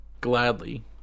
gladly